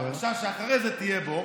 הפרשה שאחרי זה תהיה בוא.